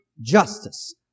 justice